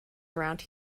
around